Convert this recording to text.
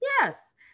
Yes